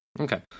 Okay